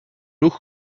ruch